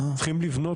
צריכים לבנות,